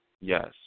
yes